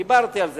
כבר דיברתי על זה,